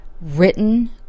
written